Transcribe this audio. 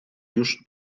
już